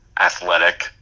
athletic